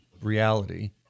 reality